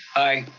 aye.